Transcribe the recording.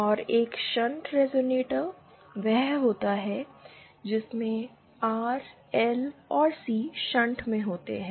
और एक shunt resonator वह होता है जिसमें आर एल और C shunt R L C Shunt में होते हैं